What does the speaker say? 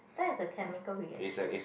that is a chemical reaction